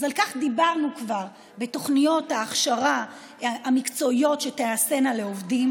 אז על כך דיברנו כבר בתוכניות ההכשרה המקצועית שתיעשינה לעובדים,